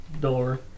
door